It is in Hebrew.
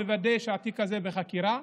ומוודא שהתיק הזה בחקירה,